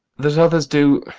that others do,